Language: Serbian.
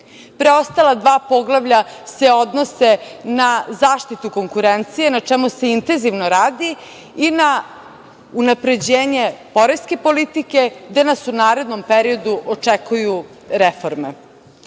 Preostala dva poglavlja se odnose na zaštitu konkurencije, na čemu se intenzivno radi, i na unapređenje poreske politike, gde nas u narednom periodu očekuju reforme.